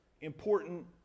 important